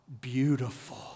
beautiful